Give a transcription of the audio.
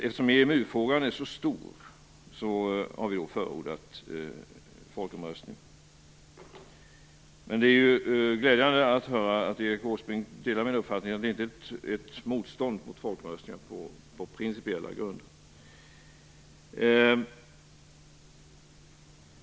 Eftersom EMU-frågan är så stor har vi förordat en folkomröstning. Det är glädjande att höra att Erik Åsbrink delar min uppfattning att det för hans del inte är fråga om något motstånd mot folkomröstningar på principiella grunder.